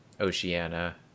Oceania